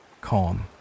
calm